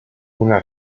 una